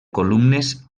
columnes